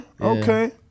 okay